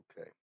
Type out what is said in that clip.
Okay